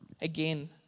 Again